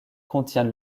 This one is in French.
contient